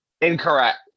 Incorrect